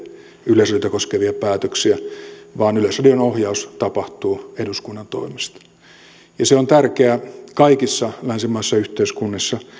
yleisradiota koskevia päätöksiä vaan yleisradion ohjaus tapahtuu eduskunnan toimesta ja se on tärkeää kaikissa länsimaisissa yhteiskunnissa